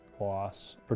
loss